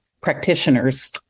practitioners